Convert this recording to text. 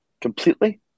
completely